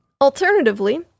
Alternatively